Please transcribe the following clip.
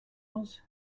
was